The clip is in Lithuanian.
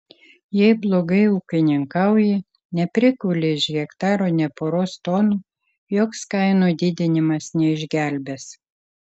jei blogai ūkininkauji neprikuli iš hektaro nė poros tonų joks kainų didinimas neišgelbės